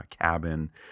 cabin